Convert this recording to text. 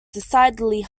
decidedly